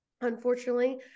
unfortunately